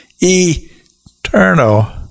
eternal